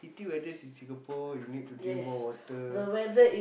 heaty weathers in Singapore you need to drink more water